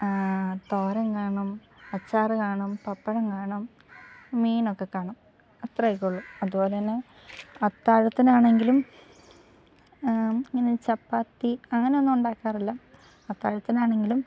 തോരൻ കാണും അച്ചാർ കാണും പപ്പടം കാണും മീനൊക്കെ കാണും അത്രയൊക്കെ ഉള്ളൂ അതുപോലെതന്നെ അത്താഴത്തിന് ആണെങ്കിലും ഇങ്ങനെ ചപ്പാത്തി അങ്ങനെയൊന്നും ഉണ്ടാക്കാറില്ല അത്താഴത്തിന് ആണെങ്കിലും